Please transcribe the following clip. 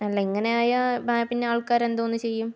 അല്ല ഇങ്ങനെ ആയാൽ പിന്നെ ആൾക്കാർ എന്തോന്ന് ചെയ്യും